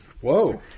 Whoa